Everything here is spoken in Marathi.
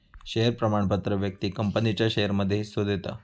शेयर प्रमाणपत्र व्यक्तिक कंपनीच्या शेयरमध्ये हिस्सो देता